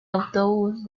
autobús